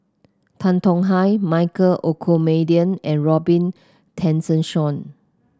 Tan Tong Hye Michael Olcomendy and Robin Tessensohn